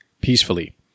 peacefully